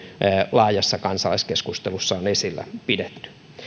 laajassa kansalaiskeskustelussa on esillä pidetty